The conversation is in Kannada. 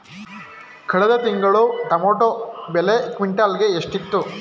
ಕಳೆದ ತಿಂಗಳು ಟೊಮ್ಯಾಟೋ ಬೆಲೆ ಕ್ವಿಂಟಾಲ್ ಗೆ ಎಷ್ಟಿತ್ತು?